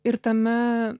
ir tame